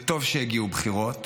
וטוב שיגיעו בחירות,